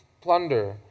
plunder